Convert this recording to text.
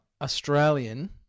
Australian